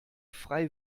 frei